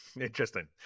interesting